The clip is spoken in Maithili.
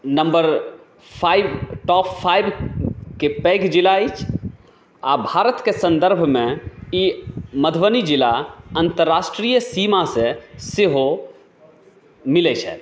नम्बर फाइव टॉप फाइवके पैघ जिला अछि आओर भारतके सन्दर्भमे ई मधुबनी जिला अन्तराष्ट्रीय सीमासँ सेहो मिलै छथि